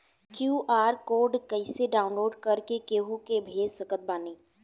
QR code कइसे download कर के केहु के भेज सकत बानी?